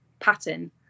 pattern